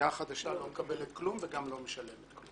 הסיעה החדשה לא מקבלת כלום וגם לא משלמת כלום.